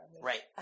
Right